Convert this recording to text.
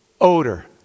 odor